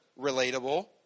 relatable